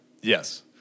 yes